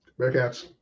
Bearcats